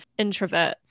introverts